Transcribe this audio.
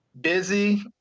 Busy